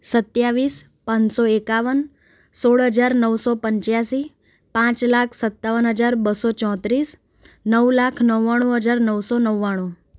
સત્તાવીસ પાંચસો એકાવન સોળ હજાર નવસો પંચ્યાસી પાંચ લાખ સત્તાવન હજાર બસો ચોંત્રીસ નવ લાખ નવ્વાણું હજાર નવસો નવ્વાણું